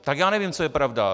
Tak já nevím, co je pravda.